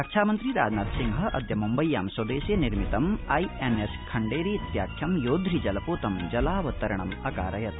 रक्षामन्त्री राजनाथसिंह अद्य मुम्बय्यां स्वदेशे निर्मितं आईएनएस खण्डेरीत्याख्यं योधृ जलपोतं जलावतरणम् अकारयत्